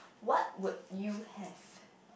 what would you have